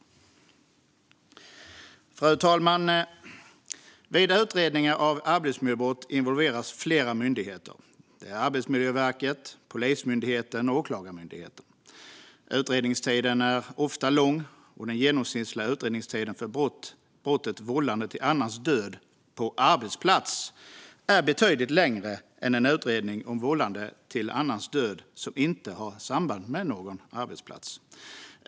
Fru talman! Vid utredningar av arbetsmiljöbrott involveras flera myndigheter. Det är Arbetsmiljöverket, Polismyndigheten och Åklagarmyndigheten. Utredningstiden är ofta lång, och den genomsnittliga utredningstiden för brottet vållande till annans död på arbetsplats är betydligt längre än utredningstiden för vållande till annans död som inte har samband med någon arbetsplats.